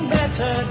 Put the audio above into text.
better